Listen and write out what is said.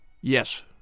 Yes